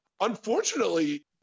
unfortunately